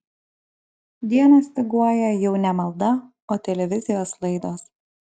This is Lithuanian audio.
dieną styguoja jau ne malda o televizijos laidos